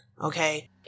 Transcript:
okay